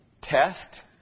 test